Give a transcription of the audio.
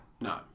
no